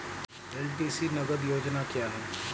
LTC नगद योजना क्या है?